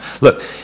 Look